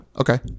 Okay